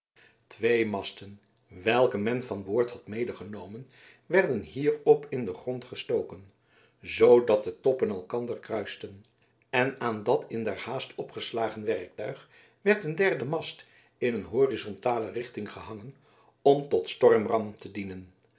twee masten welke men van boord had medegenomen werden hierop in den grond gestoken zoo dat de toppen elkander kruisten en aan dat in der haast opgeslagen werktuig werd een derde mast in een horizontale richting gehangen om tot stormram te dienen